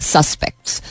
Suspects